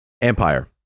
empire